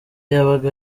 yabaga